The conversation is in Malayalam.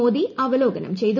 മോദി അവലോകനം ചെയ്തു